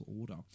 order